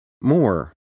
more